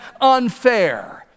unfair